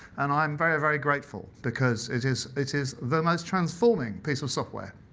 and i'm very, very grateful, because it is it is the most transforming piece of software.